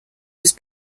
was